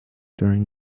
during